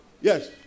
Yes